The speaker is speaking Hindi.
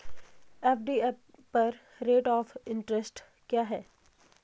एफ.डी पर रेट ऑफ़ इंट्रेस्ट क्या है?